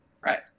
Right